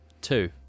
two